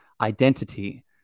identity